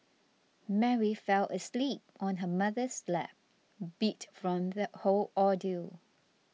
Mary fell asleep on her mother's lap beat from the whole ordeal